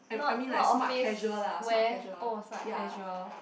not not office wear uh smart casual